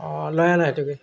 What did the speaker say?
অ' লৈ আনা সেইটোকে